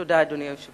תודה, אדוני היושב-ראש.